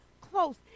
close